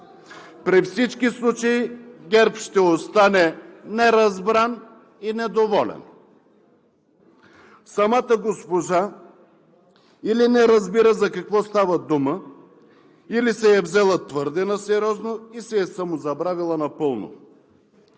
При всички случаи ГЕРБ ще остане неразбран и недоволен. Самата госпожа или не разбира за какво става дума, или се е взела твърде на сериозно и се самозабравила напълно.